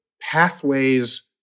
pathways